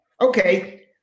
Okay